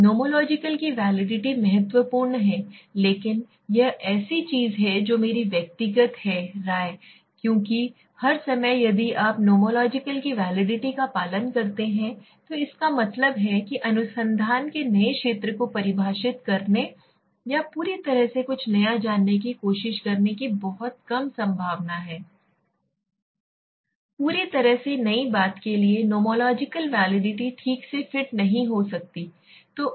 nomological की validity महत्वपूर्ण है लेकिन यह ऐसी चीज है जो मेरी व्यक्तिगत है राय क्योंकि हर समय यदि आप नोमोलॉजिकल की वैलिडिटी का पालन करते हैं तो इसका मतलब है कि अनुसंधान के नए क्षेत्र को परिभाषित करने या पूरी तरह से कुछ नया जानने की कोशिश करने की बहुत कम संभावना है पूरी तरह से नई बात के लिए नोमोलॉजिकल वैलिडिटी ठीक से फिट नहीं हो सकती है